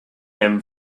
them